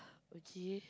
okay